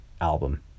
album